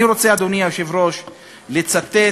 אני רוצה, אדוני היושב-ראש, לצטט